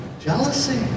Jealousy